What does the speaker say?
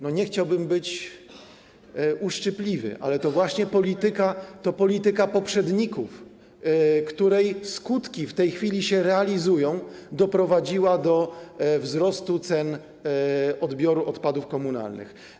Nie chciałbym być uszczypliwy, ale to właśnie polityka poprzedników, której skutki w tej chwili się realizują, doprowadziła do wzrostu cen odbioru odpadów komunalnych.